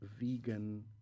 vegan